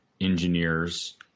engineers